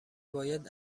باید